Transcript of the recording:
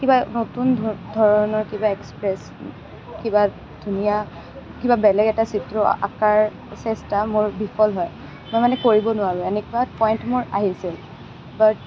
কিবা নতুন ধ ধৰণৰ কিবা এক্সপ্ৰেছ কিবা ধুনীয়া কিবা বেলেগ এটা চিত্ৰ অঁকাৰ চেষ্টা মোৰ বিফল হয় মই মানে কৰিব নোৱাৰোঁ এনেকুৱা পইণ্ট মোৰ আহিছে বাট